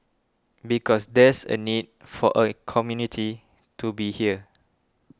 because there's a need for a community to be here